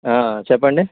చెప్పండి